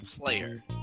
player